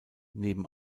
neben